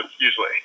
usually